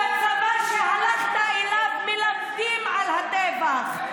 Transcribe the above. בצבא שהלכת אליו מלמדים על הטבח.